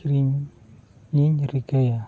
ᱠᱤᱨᱤᱧ ᱤᱧ ᱨᱤᱠᱟᱹᱭᱟ